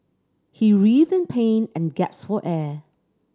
he writhed in pain and gasped for air